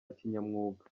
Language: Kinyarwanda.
kinyamwuga